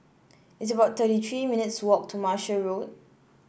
it's about thirty three minutes' walk to Martia Road